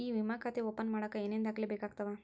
E ವಿಮಾ ಖಾತೆ open ಮಾಡಕ ಏನೇನ್ ದಾಖಲೆ ಬೇಕಾಗತವ